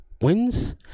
wins